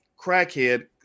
crackhead